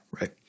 right